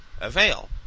avail